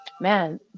man